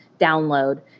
download